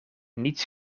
niets